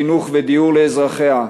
חינוך ודיור לאזרחיה,